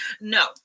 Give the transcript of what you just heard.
No